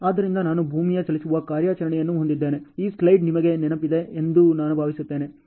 ಆದ್ದರಿಂದ ನಾನು ಭೂಮಿಯ ಚಲಿಸುವ ಕಾರ್ಯಾಚರಣೆಯನ್ನು ಹೊಂದಿದ್ದೇನೆ ಈ ಸ್ಲೈಡ್ ನಿಮಗೆ ನೆನಪಿದೆ ಎಂದು ನಾನು ಭಾವಿಸುತ್ತೇನೆ